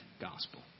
gospel